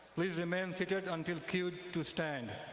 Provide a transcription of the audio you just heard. please remain seated until cued to stand.